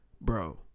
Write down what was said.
Bro